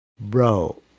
bro